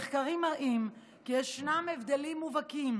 מחקרים מראים כי ישנם הבדלים מובהקים